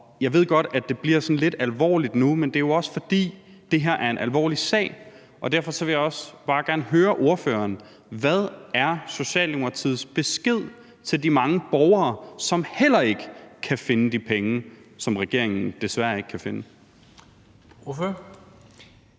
Jeg ved godt, at det bliver sådan lidt alvorligt nu, men det er jo også, fordi det her er en alvorlig sag. Og derfor vil jeg også bare gerne høre ordføreren: Hvad er Socialdemokratiets besked til de mange borgere, som heller ikke kan finde de penge, som regeringen desværre ikke kan finde? Kl.